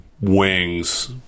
wings